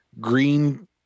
green